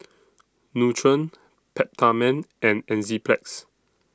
Nutren Peptamen and Enzyplex